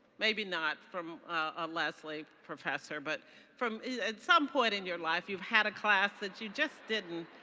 maybe not from a lesley professor, but from at some point in your life you've had a class that you just didn't,